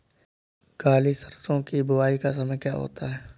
काली सरसो की बुवाई का समय क्या होता है?